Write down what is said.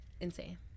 insane